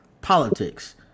Politics